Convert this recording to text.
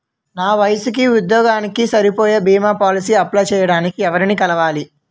నా వయసుకి, ఉద్యోగానికి సరిపోయే భీమా పోలసీ అప్లయ్ చేయటానికి ఎవరిని కలవాలి?